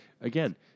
again